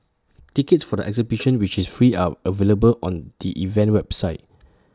tickets for the exhibition which is free are available on the event's website